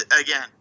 again